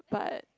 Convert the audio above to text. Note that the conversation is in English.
but